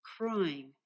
crying